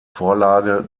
vorlage